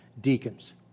deacons